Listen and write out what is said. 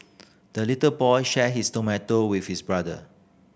the little boy shared his tomato with his brother